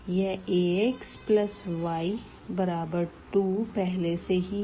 यह रेखा axy2 पहले से ही है